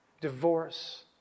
Divorce